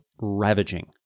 ravaging